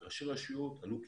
ראשי הרשויות בעצם עלו כיתה.